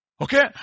Okay